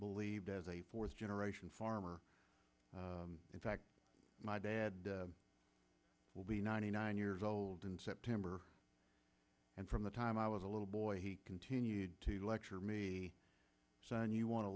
believed as a fourth generation farmer in fact my dad will be ninety nine years old in september and from the time i was a little boy he continued to lecture me son you want to